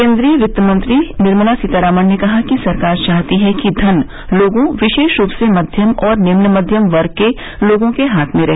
केन्द्रीय वित्त मंत्री निर्मला सीतारामन ने कहा है कि सरकार चाहती है कि धन लोगों विशेष रूप से मध्यम और निम्न मध्यम वर्ग के लोगों के हाथ में रहे